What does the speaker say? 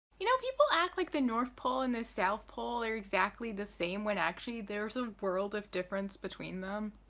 you know, people act like the north pole and the south pole are exactly the same when actually there's a world of distance between them.